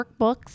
workbooks